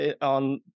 on